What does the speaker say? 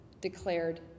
declared